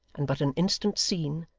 and but an instant seen,